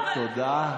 תודה.